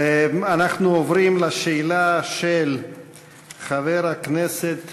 אנחנו עוברים לשאלה של חבר הכנסת